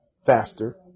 faster